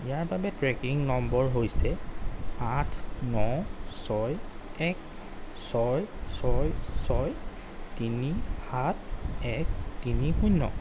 ইয়াৰ বাবে tracking number হৈছে আঠ ন ছয় এক ছয় ছয় ছয় তিনি সাত এক তিনি শূন্য